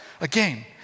again